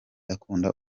akunda